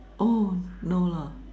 oh no lah